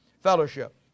Fellowship